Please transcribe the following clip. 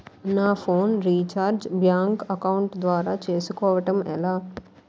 నా phone recharge bank account ద్వారా చేసుకోవటం ఎలా?